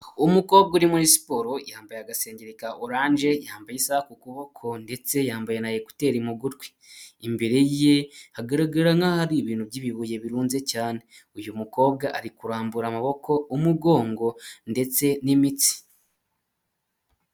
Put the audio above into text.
Umukobwa uri muri siporo yambaye agasengeri ka oranje, yambaye isa ku kuboko ndetse yambaye na ekuteri mu gutwi. Imbere ye hagaragara nka hari ibintu by'ibibuye birunze cyane. Uyu mukobwa ari kurambura amaboko, umugongo ndetse n'imitsi.